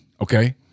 Okay